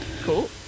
Cool